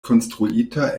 konstruita